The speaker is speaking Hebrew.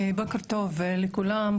בוקר טוב לכולם,